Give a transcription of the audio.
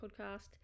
podcast